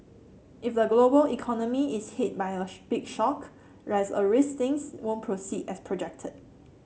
if the global economy is hit by a big shock there's a risk things won't proceed as projected